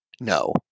No